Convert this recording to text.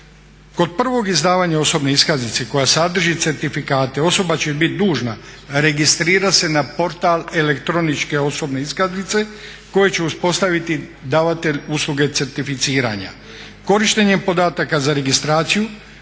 Kod prvog izdavanja osobne iskaznice koja sadrži certifikate osoba će biti dužna registrirati se na portal elektroničke osobne iskaznice koju će uspostaviti davatelj usluge certificiranja. Korištenjem podataka za registraciju